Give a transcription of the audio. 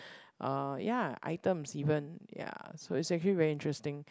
uh ya items even ya so it's actually very interesting